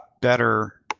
better